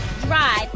drive